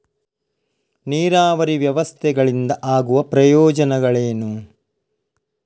ನೀರಾವರಿ ವ್ಯವಸ್ಥೆಗಳಿಂದ ಆಗುವ ಪ್ರಯೋಜನಗಳೇನು?